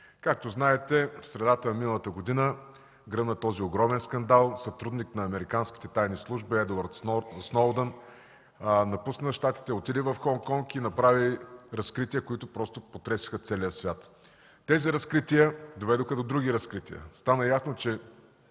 Както знаете, в средата на миналата година гръмна огромният скандал от сътрудник на американските тайни служби Едуард Сноудън, който напусна Щатите, отиде в Хонг Конг и направи разкрития, които просто потресоха целия свят. Те доведоха до други разкрития. Стана ясно, че